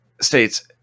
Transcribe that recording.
states